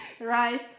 right